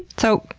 so,